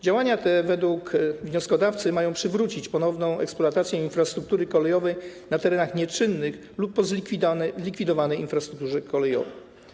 Działania te według wnioskodawcy mają przywrócić eksploatację infrastruktury kolejowej na terenach nieczynnych lub po zlikwidowanej infrastrukturze kolejowej.